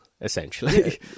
essentially